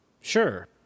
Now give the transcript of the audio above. sure